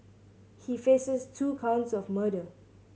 he faces two counts of murder